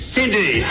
Cindy